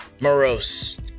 morose